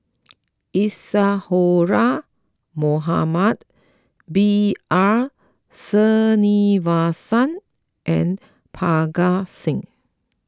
Isadhora Mohamed B R Sreenivasan and Parga Singh